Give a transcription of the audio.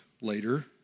later